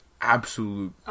absolute